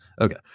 Okay